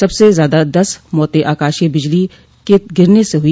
सबसे ज्यादा दस मौते आकाशीय बिजली के गिरने से हुई